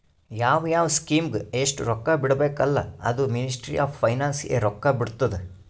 ಯಾವ್ ಯಾವ್ ಸ್ಕೀಮ್ಗ ಎಸ್ಟ್ ರೊಕ್ಕಾ ಬಿಡ್ಬೇಕ ಅಲ್ಲಾ ಅದೂ ಮಿನಿಸ್ಟ್ರಿ ಆಫ್ ಫೈನಾನ್ಸ್ ಎ ರೊಕ್ಕಾ ಬಿಡ್ತುದ್